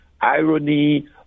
irony